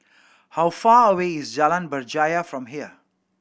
how far away is Jalan Berjaya from here